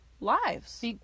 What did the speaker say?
lives